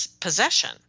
possession